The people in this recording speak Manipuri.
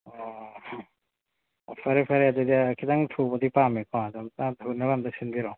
ꯑꯣ ꯑꯣ ꯐꯔꯦ ꯐꯔꯦ ꯑꯗꯨꯗꯤ ꯈꯤꯇꯪ ꯊꯨꯕꯗꯤ ꯄꯥꯝꯃꯦ ꯀꯣ ꯑꯗꯨꯝ ꯊꯨꯅꯕ ꯑꯃꯨꯛꯇ ꯁꯤꯟꯕꯤꯔꯛꯑꯣ